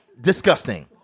disgusting